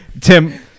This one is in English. Tim